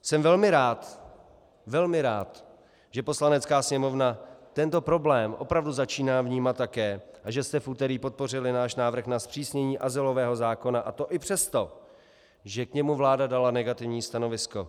Jsem velmi rád velmi rád že Poslanecká sněmovna tento problém opravdu začíná vnímat také a že jste v úterý podpořili náš návrh na zpřísnění azylového zákona, a to i přesto, že k němu dala vláda negativní stanovisko.